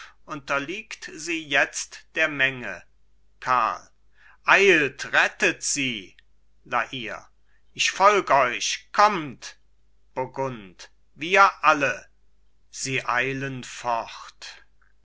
unterliegt sie jetzt der menge karl eilt rettet sie la hire ich folg euch kommt burgund wir alle sie eilen fort